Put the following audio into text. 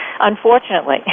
Unfortunately